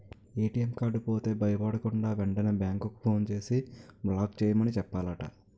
ATM card పోతే భయపడకుండా, వెంటనే బేంకుకి ఫోన్ చేసి బ్లాక్ చేయమని చెప్పాలట